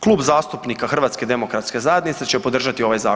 Klub zastupnika HDZ-a će podržati ovaj